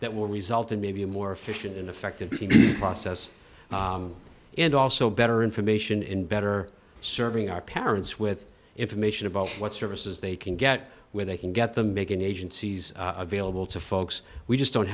that will result in maybe a more efficient and effective process and also better information in better serving our parents with information about what services they can get where they can get them making agencies available to folks we just don't